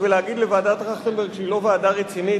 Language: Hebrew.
ולהגיד לוועדת-טרכטנברג שהיא לא ועדה רצינית,